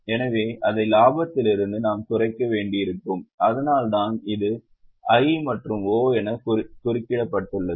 எனவே அதை லாபத்திலிருந்து நாம் குறைக்க வேண்டியிருக்கும் அதனால்தான் இது I மற்றும் O என குறிக்கப்பட்டுள்ளது